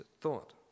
thought